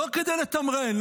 לא כדי לתמרן,